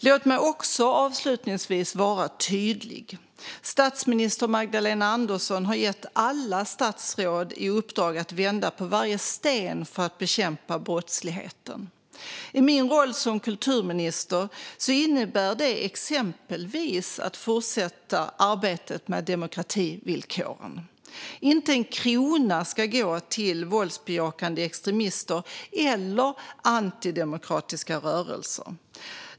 Låt mig avslutningsvis också vara tydlig. Statsminister Magdalena Andersson har gett alla statsråd i uppdrag att vända på varje sten för att bekämpa brottsligheten. I min roll som kulturminister innebär det exempelvis att fortsätta arbetet med demokrativillkoren. Inte en krona ska gå till våldsbejakande extremister eller antidemokratiska rörelser.